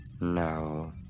No